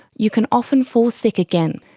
you can often fall sick again,